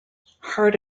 heart